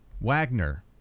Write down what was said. Wagner